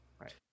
Right